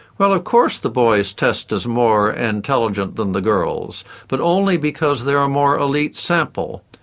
well of course the boys test as more and intelligent than the girls but only because they are a more elite sample.